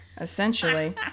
essentially